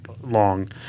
long